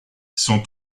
sont